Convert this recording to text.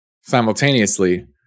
Simultaneously